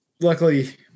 luckily